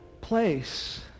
place